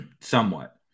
somewhat